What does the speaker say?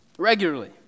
regularly